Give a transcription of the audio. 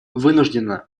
вынуждена